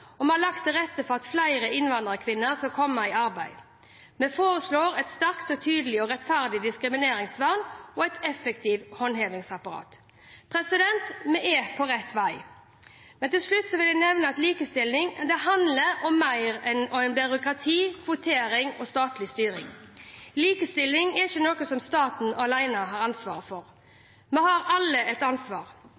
og vi har lagt til rette for at flere innvandrerkvinner kommer i arbeid. Vi foreslår et sterkt, tydelig og rettferdig diskrimineringsvern og et effektivt håndhevingsapparat. Vi er på rett vei. Til slutt vil jeg nevne at likestilling handler om mer enn byråkrati, kvotering og statlig styring. Likestilling er ikke noe staten alene har ansvaret for.